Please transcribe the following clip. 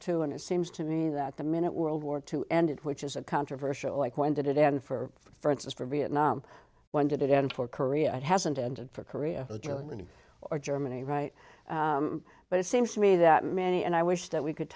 two and it seems to me that the minute world war two ended which is a controversial like when did it end for instance for vietnam when did it end for korea it hasn't ended for korea or germany or germany right but it seems to me that manny and i wish that we could